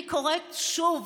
אני קוראת שוב